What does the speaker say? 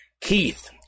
Keith